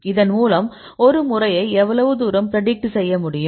இதன் மூலம் ஒரு முறையை எவ்வளவு தூரம் பிரடிக்ட் செய்ய முடியும்